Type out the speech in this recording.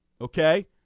Okay